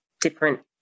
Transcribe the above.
different